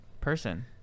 person